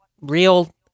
Real